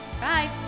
Bye